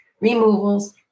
removals